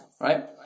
Right